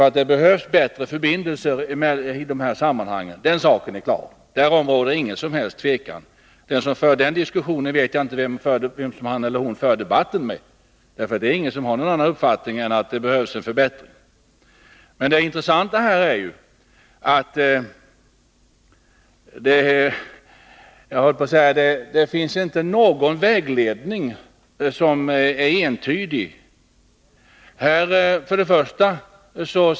Att det behövs bättre förbindelser råder det inget som helst tvivel om. Om någon för en diskussion om det, vet jag inte med vem han eller hon debatterar. Ingen har ju någon annan uppfattning än att det behövs en förbättring.